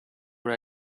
what